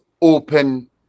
open